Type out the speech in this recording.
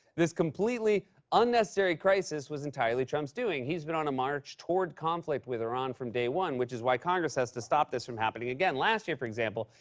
this completely unnecessary crisis was entirely trump's doing. he's been on a march toward conflict with iran from day one, which is why congress has to stop this from happening again. last year, for example,